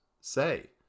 say